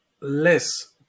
less